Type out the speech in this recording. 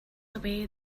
away